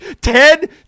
Ted